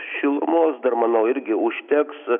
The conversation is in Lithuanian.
šilumos dar manau irgi užteks